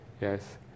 yes